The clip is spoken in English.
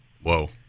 Whoa